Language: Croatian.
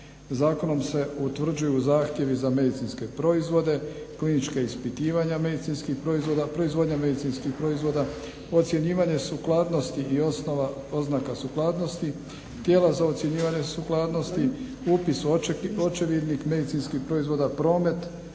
Zakonom se utvrđuju zahtjevi za medicinske proizvode, klinička ispitivanja medicinskih proizvoda, proizvodnja medicinskih proizvoda, ocjenjivanje sukladnosti i osnova oznaka sukladnosti tijela za ocjenjivanje sukladnosti, upis u očevidnik medicinskih proizvoda, promet,